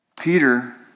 Peter